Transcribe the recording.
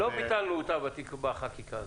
לא ביטלנו אותה בחקיקה הזאת?